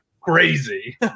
crazy